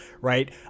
right